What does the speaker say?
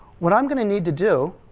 what i'm going to need to do,